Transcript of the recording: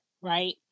right